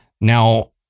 Now